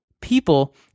People